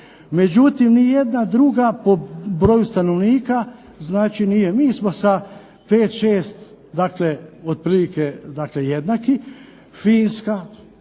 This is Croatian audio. međutim, ni jedna druga po broju stanovnika nije. MI smo sa 5, 6 otprilike jednaki, dakle